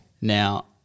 Now